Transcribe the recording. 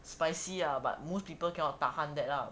spicy lah but most people cannot tahan that lah